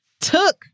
took